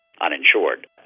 uninsured